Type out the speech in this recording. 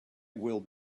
will